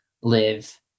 live